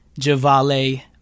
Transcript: JaVale